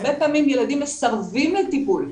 הרבה פעמים ילדים מסרבים לטיפול.